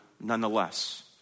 nonetheless